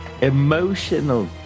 Emotional